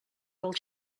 del